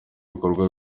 ibikorwa